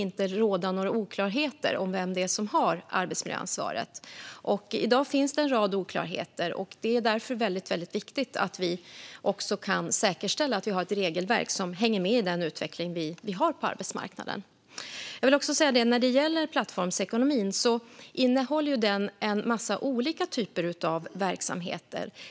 I dag finns det en rad oklarheter, och det är därför väldigt viktigt att vi också kan säkerställa att vi har ett regelverk som hänger med i den utveckling som vi har på arbetsmarknaden. Jag vill också säga att när det gäller plattformsekonomin innehåller den en massa olika typer av verksamheter.